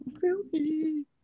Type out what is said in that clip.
filthy